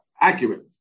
accurate